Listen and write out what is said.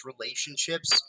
relationships